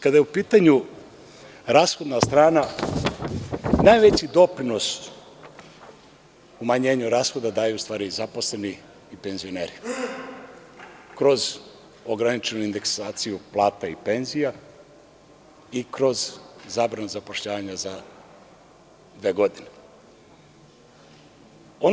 Kada je u pitanju rashodna strana, najveći doprinos umanjenju rashoda daju u stvari zaposleni i penzioneri, kroz ograničenu indeksaciju plata i penzija i kroz zabranu zapošljavanja za dve godine.